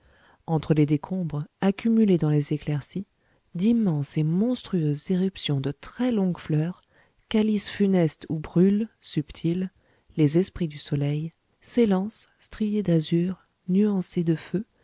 entre les décombres accumulés dans les éclaircies d'immenses et monstrueuses éruptions de très longues fleurs calices funestes où brûlent subtils les esprits du soleil s'élancent striées d'azur nuancées de feu